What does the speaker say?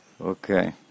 Okay